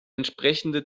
entsprechende